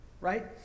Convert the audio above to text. right